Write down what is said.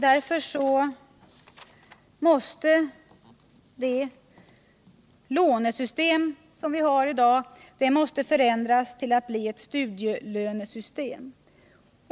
Därför måste det lånesystem vi har i dag förändras till ett studielönesystem.